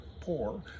poor